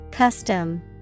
Custom